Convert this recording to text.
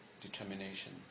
determination